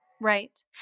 Right